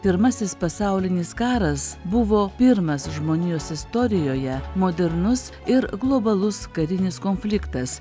pirmasis pasaulinis karas buvo pirmas žmonijos istorijoje modernus ir globalus karinis konfliktas